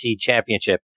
Championship